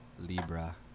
Libra